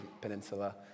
Peninsula